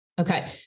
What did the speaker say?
Okay